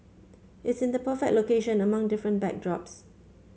it's in the perfect location among different backdrops